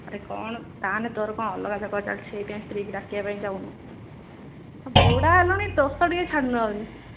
ଆରେ କ'ଣ ତୋର କ'ଣ ଅଲଗା ସେଇଥିପାଇଁ ସ୍ତ୍ରୀକି ଡାକିବା ପାଇଁ ଚାହୁଁନୁ ବୁଢ଼ା ହେଲୁଣି ଦୋଷ ଟିକେ ଛାଡ଼ୁନି